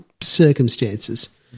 circumstances